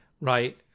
Right